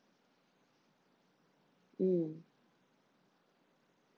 mm